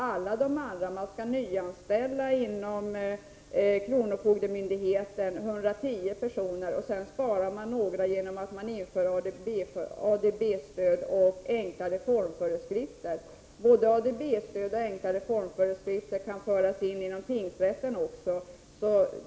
110 personer skall nyanställas inom kronofogdemyndigheten, och sedan skall några sparas in genom att ADB-stöd och enklare formföreskrifter införs. Både ADB-stöd och enklare formföreskrifter kan föras in i tingsrätterna.